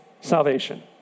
salvation